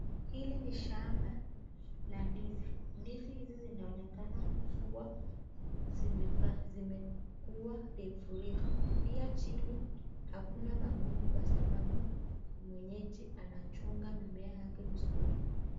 Hili ni shamba la ndizi. Ndizi hizi zinaonekana kuwa zimekua refu refu. Pia chini hakuna magugu kwa sababu mwenyeji anachunga mimea yake vizuri.